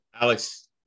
Alex